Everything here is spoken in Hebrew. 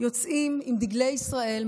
יוצאים עם דגלי ישראל,